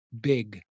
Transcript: big